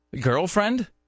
Girlfriend